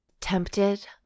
Tempted